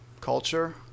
culture